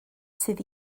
sydd